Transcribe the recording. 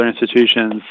institutions